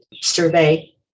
Survey